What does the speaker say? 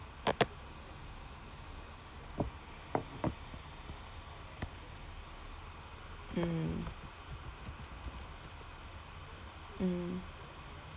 mm mm